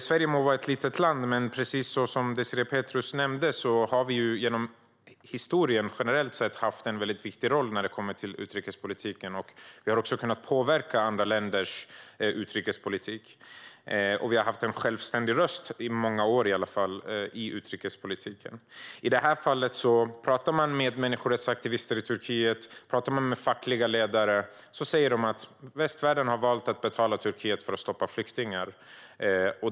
Sverige må vara ett litet land, men precis som Désirée Pethrus nämnde har vi genom historien generellt sett haft en mycket viktig roll inom utrikespolitiken. Vi har också kunnat påverka andra länders utrikespolitik. Under många år har vi haft en självständig röst i utrikespolitiken. Om man i detta fall talar med människorättsaktivister i Turkiet och fackliga ledare säger de att västvärlden har valt att betala Turkiet för att stoppa flyktingar.